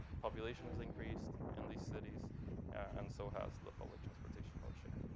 population has increased in these cities and so has the public transportation mode share.